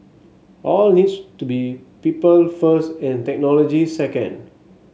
all needs to be people first and technology second